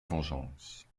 vengeance